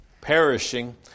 perishing